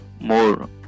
more